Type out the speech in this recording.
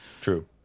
True